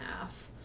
half